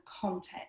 context